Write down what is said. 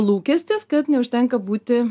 lūkestis kad neužtenka būti